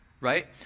right